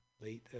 late